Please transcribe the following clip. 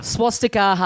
Swastika